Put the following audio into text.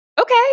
okay